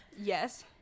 yes